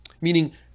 Meaning